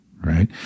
right